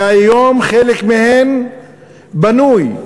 שהיום חלק מהם בנוי,